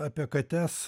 apie kates